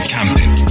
Camping